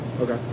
Okay